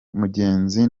mugenzi